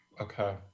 Okay